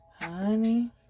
honey